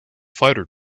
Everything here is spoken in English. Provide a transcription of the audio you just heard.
fighter